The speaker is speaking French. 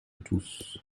tous